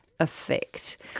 Effect